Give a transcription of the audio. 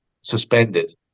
suspended